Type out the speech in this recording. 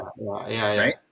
right